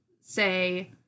say